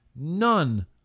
None